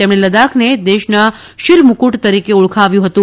તેમણે લદ્દાખને દેશના શીર મુકુટ તરીકે ઓળખાવ્યું હતું